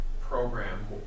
program